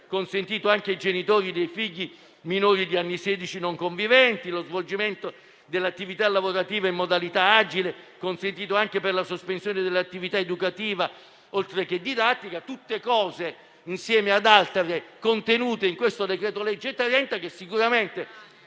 consentito anche ai genitori dei figli minori di anni sedici non conviventi; lo svolgimento dell'attività lavorativa in modalità agile consentito anche per la sospensione dell'attività educativa oltre che didattica. Sono alcune delle misure contenute in questo decreto-legge che sicuramente